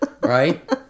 right